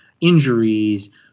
injuries